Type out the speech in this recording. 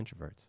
introverts